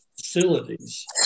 facilities